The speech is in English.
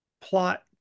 plot